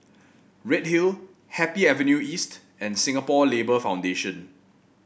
Redhill Happy Avenue East and Singapore Labour Foundation